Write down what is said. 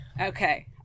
Okay